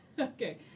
Okay